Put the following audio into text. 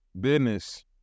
Business